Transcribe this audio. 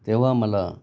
तेव्हा मला